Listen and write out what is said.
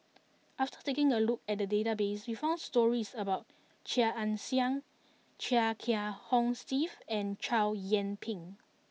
after taking a look at the database we found stories about Chia Ann Siang Chia Kiah Hong Steve and Chow Yian Ping